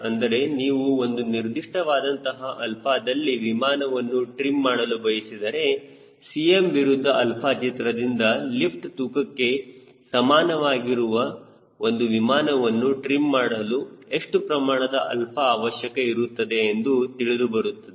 ಅಂದರೆ ನೀವು ಒಂದು ನಿರ್ದಿಷ್ಟವಾದಂತಹ 𝛼 ದಲ್ಲಿ ವಿಮಾನವನ್ನು ಟ್ರೀಮ್ ಮಾಡಲು ಬಯಸಿದರೆ Cm ವಿರುದ್ಧ 𝛼 ಚಿತ್ರದಿಂದ ಲಿಫ್ಟ್ ತೂಕಕ್ಕೆ ಸಮಾನವಾಗಿರುವಾಗ ಒಂದು ವಿಮಾನವನ್ನು ಟ್ರೀಮ್ ಮಾಡಲು ಎಷ್ಟು ಪ್ರಮಾಣದ 𝛼 ಅವಶ್ಯಕ ಇರುತ್ತದೆ ಎಂದು ತಿಳಿದುಬರುತ್ತದೆ